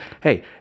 hey